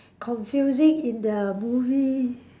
confusing in the movie